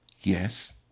Yes